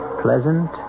pleasant